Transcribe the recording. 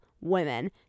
women